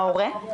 ההורה,